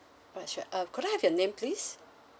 alright sure uh could I have your name please